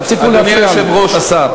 תפסיקו להפריע לשר.